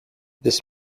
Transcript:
this